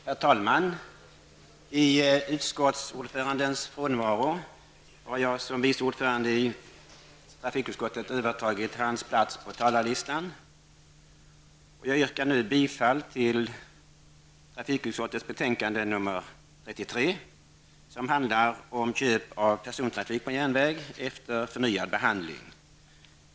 Herr talman! I utskottsordförandens frånvaro har jag som vice ordförande i trafikutskottet övertagit hans plats på talarlistan. Jag yrkar bifall till hemställan i trafikutskottets betänkande 33, som handlar om köp av persontrafik på järnväg och som utskottet avgivit sedan ärendet återförvisats till utskottet.